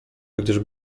gdyż